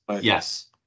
yes